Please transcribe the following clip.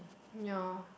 ya